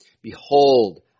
behold